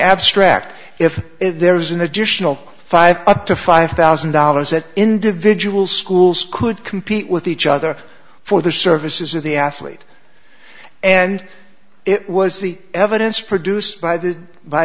abstract if there was an additional five up to five thousand dollars that individual schools could compete with each other for the services of the athlete and it was the evidence produced by the by